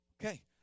Okay